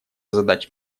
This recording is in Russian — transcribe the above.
задач